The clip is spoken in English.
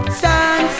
sun